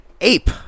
Ape